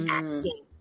acting